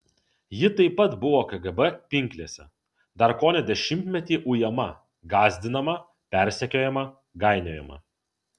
ji taip pat buvo kgb pinklėse dar kone dešimtmetį ujama gąsdinama persekiojama gainiojama